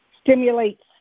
stimulates